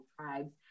tribes